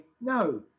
no